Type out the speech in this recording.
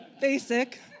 Basic